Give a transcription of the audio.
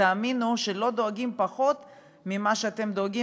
ותאמינו שאנחנו לא דואגים פחות ממה שאתם דואגים.